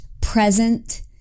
present